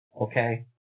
okay